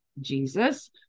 Jesus